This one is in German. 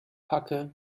hacke